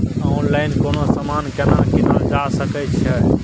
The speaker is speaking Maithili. ऑनलाइन कोनो समान केना कीनल जा सकै छै?